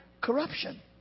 Corruption